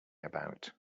about